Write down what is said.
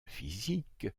physique